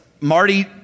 Marty